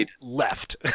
left